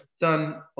done